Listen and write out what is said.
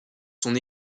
son